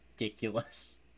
ridiculous